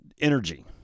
energy